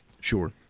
Sure